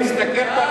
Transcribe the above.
תסתכל בראי.